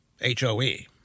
H-O-E